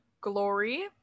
glory